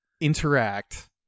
interact